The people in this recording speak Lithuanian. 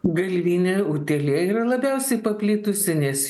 galvinė utėlė yra labiausiai paplitusi nes